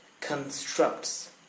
constructs